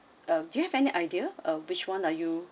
um do you have any idea ah which one are you